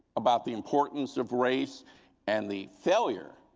about the importance of race and the failure